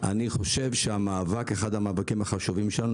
אני חושב שאחד המאבקים החשובים שלנו,